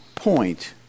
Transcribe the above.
point